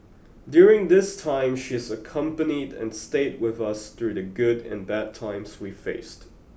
during this time she has accompanied and stayed with us through the good and bad times we faced